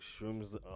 shrooms